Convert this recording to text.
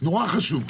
נורא חשוב לדעת.